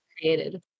created